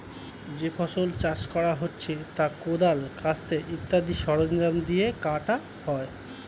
যে ফসল চাষ করা হচ্ছে তা কোদাল, কাস্তে ইত্যাদি সরঞ্জাম দিয়ে কাটা হয়